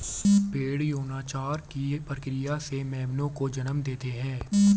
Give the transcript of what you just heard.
भ़ेड़ यौनाचार की प्रक्रिया से मेमनों को जन्म देते हैं